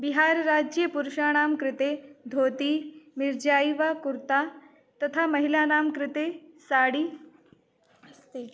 बिहार राज्ये पुरुषाणां कृते धोती मिर्जैवा कुर्ता तथा महिलानां कृते साडी अस्ति